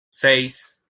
seis